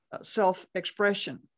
self-expression